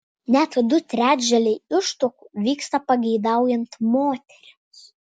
net du trečdaliai ištuokų vyksta pageidaujant moterims